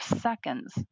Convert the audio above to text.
seconds